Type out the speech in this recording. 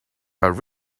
but